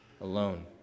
alone